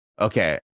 Okay